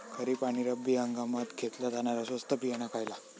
खरीप आणि रब्बी हंगामात घेतला जाणारा स्वस्त बियाणा खयला?